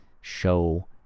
show